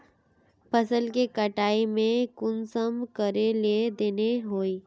फसल के कटाई में कुंसम करे लेन देन होए?